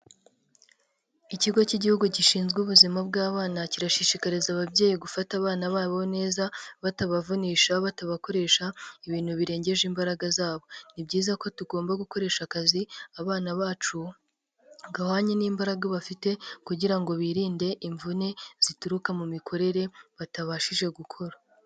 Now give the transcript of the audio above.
Ikigo cy'igihugu gishinzwe ubuzima bw'abana, kirashishikariza ababyeyi gufata abana babo neza batabavunisha, batabakoresha ibintu birengeje imbaraga zabo. Ni byiza ko tugomba gukoresha akazi abana bacu gahwanye n'imbaraga bafite kugira ngo birinde imvune zituruka mu mikorere batabashije gukora.